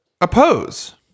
oppose